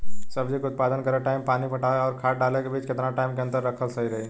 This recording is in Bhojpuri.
सब्जी के उत्पादन करे टाइम पानी पटावे आउर खाद डाले के बीच केतना टाइम के अंतर रखल सही रही?